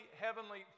Heavenly